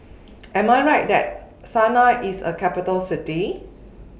Am I Right that Sanaa IS A Capital City